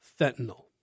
fentanyl